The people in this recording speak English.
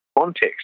context